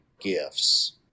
gifts